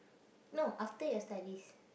no after your studies